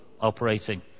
operating